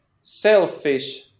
selfish